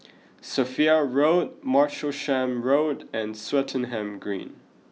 Sophia Road Martlesham Road and Swettenham Green